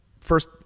first